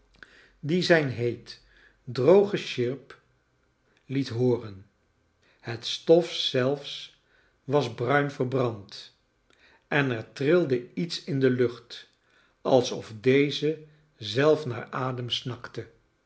die zijn heet droog gesjirp het hooren het stof zelfs was bruin verbrand en er trilde iets in de lucht alsof deze zelf naar adem j snakte